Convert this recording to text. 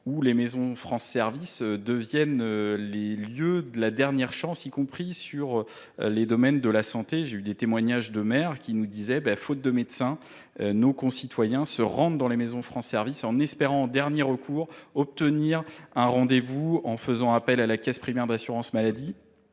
les maisons France Services deviennent les lieux de la dernière chance, y compris en matière de santé. J’ai recueilli le témoignage de maires indiquant que, faute de médecins, nos concitoyens se rendent dans les maisons France Services en espérant, en dernier recours, y obtenir un rendez vous, en faisant appel à la caisse primaire d’assurance maladie.